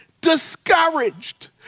discouraged